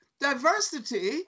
diversity